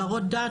ברות דעת,